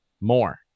more